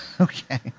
Okay